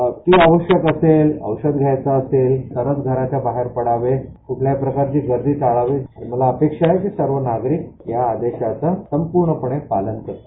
अतिआवश्यक असेल औषधी घ्यायची असेल तरचं घराचे बाहेर पडावे कूठल्याही प्रकारची गर्दी टाळावीमला अपेक्षा आहे की सर्व नागरिक या आदेशाचं पालन करतील